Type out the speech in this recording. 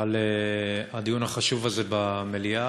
על הדיון החשוב הזה במליאה.